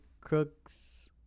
Crooks